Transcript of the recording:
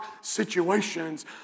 situations